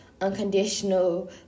unconditional